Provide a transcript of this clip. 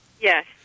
Yes